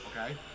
okay